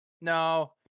No